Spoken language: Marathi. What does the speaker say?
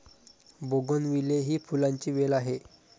बोगनविले ही फुलांची वेल आहे